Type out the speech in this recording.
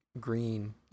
green